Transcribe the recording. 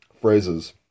phrases